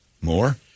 More